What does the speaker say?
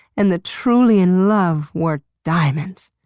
and the truly in love wore diamonds.